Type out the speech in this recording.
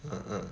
uh uh